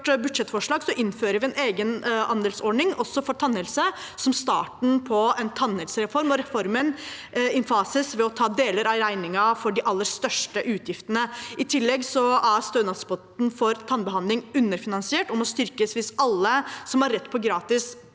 innfører vi en egenandelsordning også for tannhelse, som starten på en tannhelsereform. Reformen innfases ved å ta deler av regningen for de aller største utgiftene. I tillegg er stønadspotten for tannbehandling underfinansiert og må styrkes hvis alle som har rett til gratis